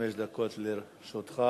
חמש דקות לרשותך.